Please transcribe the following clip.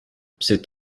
c’est